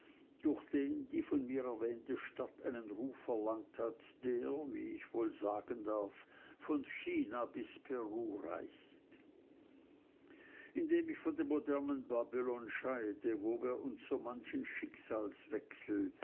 durch den die von mir erwähnte stadt einen ruf erlangt hat der wie ich wohl sagen darf von china bis peru reicht indem ich von dem modernen babylon scheide wo wir so manchen